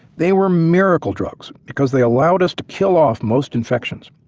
they were miracle drugs because they allowed us to kill off most infections.